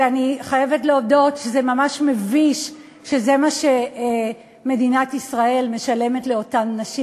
אני חייבת להודות שזה ממש מביש שזה מה שמדינת ישראל משלמת לאותן נשים.